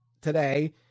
today